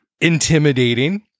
intimidating